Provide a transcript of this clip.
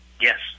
Yes